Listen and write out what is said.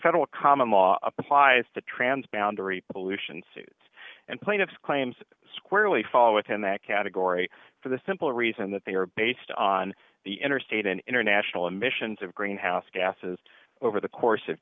federal common law applies to trans boundary pollution suits and plaintiffs claims squarely fall within that category for the simple reason that they are based on the interstate and international emissions of greenhouse gases over the course of